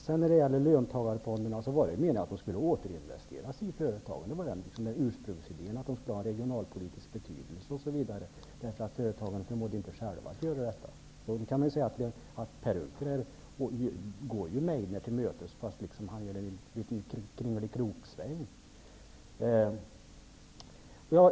Beträffande löntagarfonderna var det meningen att de skulle återinvesteras i företagen. Ursprungsidéen var att de skulle ha regionalpolitisk betydelse, därför att företagen inte själva förmådde att göra detta. Man kan ju säga att Per Unckel går Meidner till mötes fast han gör en kringelikroksväng.